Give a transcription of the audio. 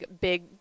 big